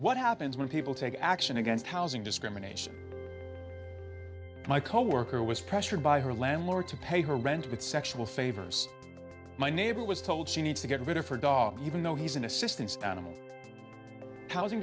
what happens when people take action against housing discrimination my coworker was pressured by her landlord to pay her rent and sexual favors my neighbor was told she needs to get rid of her dog even though he's an assistant housing